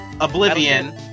Oblivion